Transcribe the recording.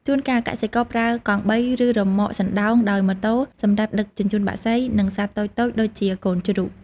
ជួនកាលកសិករប្រើកង់បី ឬរ៉ឺម៉កសណ្ដោងដោយម៉ូតូសម្រាប់ដឹកជញ្ជូនបក្សី និងសត្វតូចៗដូចជាកូនជ្រូក។